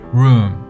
room